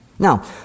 Now